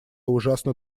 ужасно